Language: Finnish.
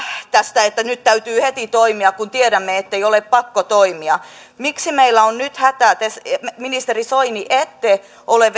tästä että nyt täytyy heti toimia kun tiedämme ettei ole pakko toimia miksi meillä on nyt hätä te ministeri soini ette ole